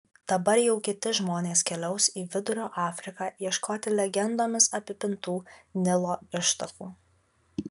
dabar jau kiti žmonės keliaus į vidurio afriką ieškoti legendomis apipintų nilo ištakų